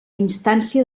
instància